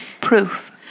proof